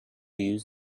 use